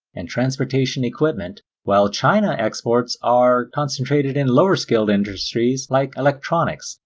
and transportation equipment, while china exports are concentrated in lower skilled industries like electronics,